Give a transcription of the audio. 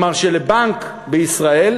כלומר שבנק בישראל,